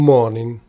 Morning